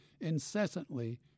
incessantly